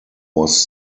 was